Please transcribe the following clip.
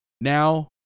Now